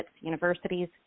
universities